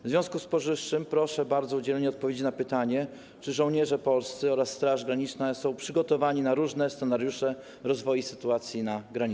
W związku z powyższym proszę bardzo o udzielenie odpowiedzi na pytanie, czy żołnierze polscy oraz Straż Graniczna są przygotowani na różne scenariusze rozwoju sytuacji na granicy.